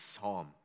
psalm